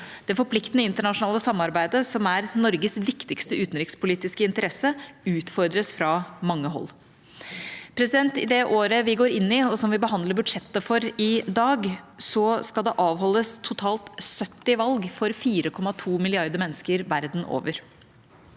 Det forpliktende internasjonale samarbeidet, som er Norges viktigste utenrikspolitiske interesse, utfordres fra mange hold. I det året vi går inn i, og som vi behandler budsjettet for i dag, skal det avholdes totalt 70 valg for 4,2 milliarder mennesker verden over.